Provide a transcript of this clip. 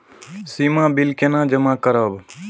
सीमा bill केना जमा करब?